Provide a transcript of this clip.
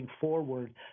forward